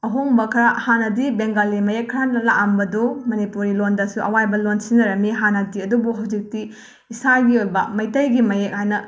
ꯑꯍꯣꯡꯕ ꯈꯔ ꯍꯥꯟꯅꯗꯤ ꯕꯦꯡꯒꯥꯂꯤ ꯃꯌꯦꯛ ꯈꯔ ꯂꯥꯛꯑꯝꯕꯗꯨ ꯃꯅꯤꯄꯨꯔꯤ ꯂꯣꯟꯗꯁꯨ ꯑꯋꯥꯏꯕ ꯂꯣꯟ ꯁꯤꯖꯤꯟꯅꯔꯝꯃꯤ ꯍꯥꯟꯅꯗꯤ ꯑꯗꯨꯕꯨ ꯍꯧꯖꯤꯛꯇꯤ ꯏꯁꯥꯒꯤ ꯑꯣꯏꯕ ꯃꯩꯇꯩꯒꯤ ꯃꯌꯦꯛ ꯍꯥꯏꯅ